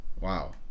Wow